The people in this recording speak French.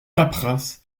paperasses